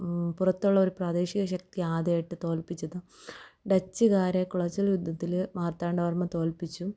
പുറത്തുള്ള ഒരു പ്രാദേശിക ശക്തി ആദ്യമായിട്ട് തോൽപ്പിച്ചത് ഡച്ചുകാരെ കുളച്ചിൽ യുദ്ധത്തിൽ മാർത്താണ്ഡവർമ്മ തോൽപ്പിച്ചു